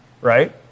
Right